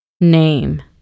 name